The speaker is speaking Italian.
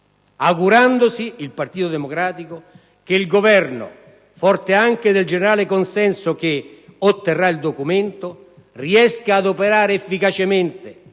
augurandosi che il Governo, forte anche del generale consenso che otterrà il documento, riesca ad operare efficacemente,